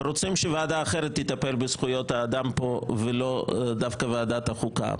רוצים שוועדה אחרת תטפל בזכויות האדם פה ולא דווקא ועדת החוקה?